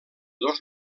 dos